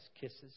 kisses